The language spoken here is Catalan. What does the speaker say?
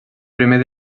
primer